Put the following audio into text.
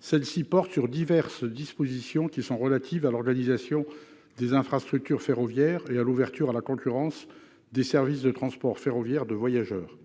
Ce texte porte « diverses dispositions relatives à la gestion de l'infrastructure ferroviaire et à l'ouverture à la concurrence des services de transport ferroviaire de voyageurs